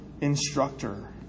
instructor